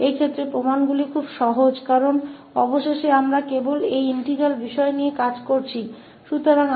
इन मामलों में प्रमाण बहुत सरल हैं क्योंकि अंत में हम केवल इस integral के साथ काम कर रहे हैं